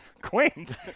Quaint